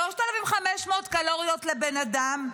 3,500 קלוריות לבן אדם,